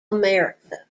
america